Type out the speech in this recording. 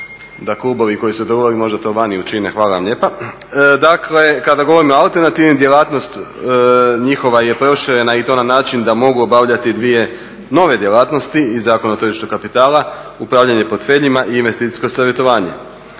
razumije./… možda to vani učine. Hvala vam lijepa. Dakle, kada govorimo o alternativnim djelatnostima njihova je proširena i to na način da mogu obavljati dvije nove djelatnosti i Zakon o tržištu kapitala, upravljanje portfeljima i investicijsko savjetovanje.